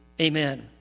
Amen